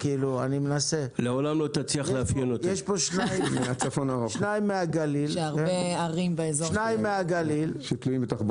לגבי כביש 6 אומרים שיש מידע עסקי, חברות